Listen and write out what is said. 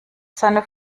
seine